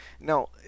Now